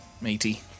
matey